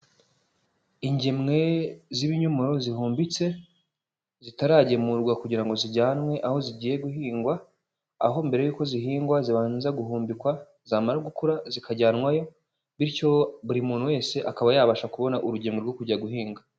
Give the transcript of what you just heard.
Ingemwe z'ibinyomoro zihumbitse, zitaragemurwa kugira ngo zijyanwe aho zigiye guhingwa, aho mbere yuko zihingwa zibanza guhumbikwa, zamara gukura zikajyanwayo bityo buri muntu wese akaba yabasha kubona urugemwe rwo kujya guhinga.